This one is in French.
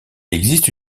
existe